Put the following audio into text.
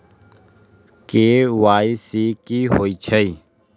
KYC कि होई छई?